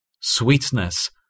sweetness